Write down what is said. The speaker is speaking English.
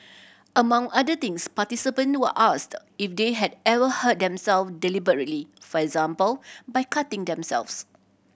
among other things participant were asked if they had ever hurt themselves deliberately for example by cutting themselves